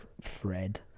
Fred